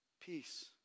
Peace